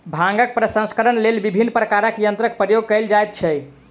भांगक प्रसंस्करणक लेल विभिन्न प्रकारक यंत्रक प्रयोग कयल जाइत छै